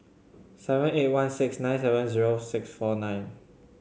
seven eight one six nine seven zero six four nine